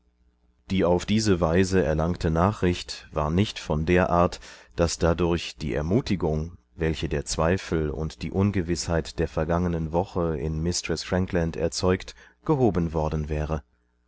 die auf diese weise erlangte nachricht war nicht von der art daß dadurch die ermutigung welche der zweifel und die ungewißheit der vergangenen worche in mistreßfranklanderzeugt gehobenwordenwäre ihr